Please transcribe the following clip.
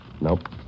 Nope